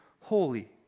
holy